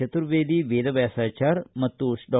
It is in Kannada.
ಚುರ್ವೇದಿ ವೇದವ್ಯಾಸಚಾರ್ ಮತ್ತು ಡಾ